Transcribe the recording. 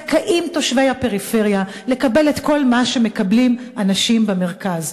זכאים תושבי הפריפריה לקבל את כל מה שמקבלים אנשים במרכז.